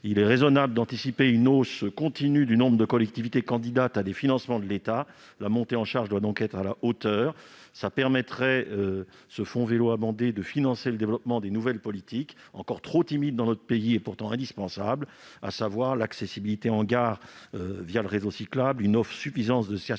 Il est raisonnable d'anticiper une hausse continue du nombre de collectivités candidates à des financements de l'État. La montée en charge doit donc être à la hauteur. L'abondement du fonds vélo permettrait de financer le développement de nouvelles politiques, encore trop timides dans notre pays et pourtant indispensables, à savoir l'accessibilité en gare le réseau cyclable, une offre suffisante de stationnement